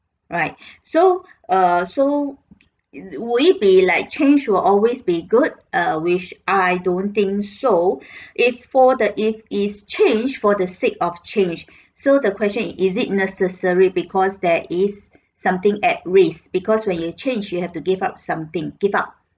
right so err so will it be like change will always be good uh which I don't think so if for the if is change for the sake of change so the question is is it necessary because there is something at risk because when you change you have to give up something give up